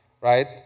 right